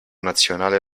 nazionale